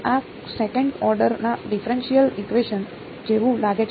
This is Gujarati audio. આ સેકંડ ઓર્ડર ના ડિફરેનશીયલ ઇકવેશન જેવું લાગે છે